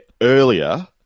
earlier